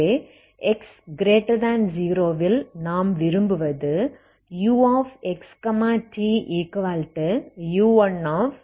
ஆகவே x0 ல் நாம் விரும்புவது uxtu1xt